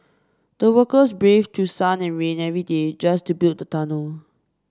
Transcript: the workers braved through sun and rain every day just to build the tunnel